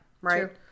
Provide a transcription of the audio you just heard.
Right